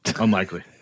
Unlikely